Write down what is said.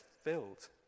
filled